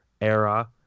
Era